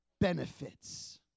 benefits